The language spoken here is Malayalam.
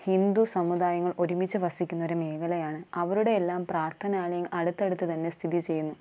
ഹിന്ദു സമുദായങ്ങൾ ഒരുമിച്ച് വസിക്കുന്ന ഒരു മേഖലയാണ് അവരുടെയെല്ലാം പ്രാർത്ഥനാലയം അടുത്തടുത്തു തന്നെ സ്ഥിതി ചെയ്യുന്നു